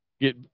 get